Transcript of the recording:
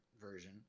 version